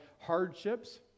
hardships